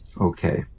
okay